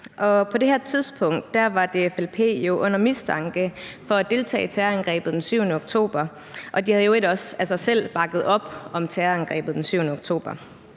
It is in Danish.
På det her tidspunkt var DFLP jo under mistanke for at deltage i terrorangrebet den 7. oktober, og de har i øvrigt også selv bakket op om terrorangrebet den 7. oktober.